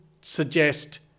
suggest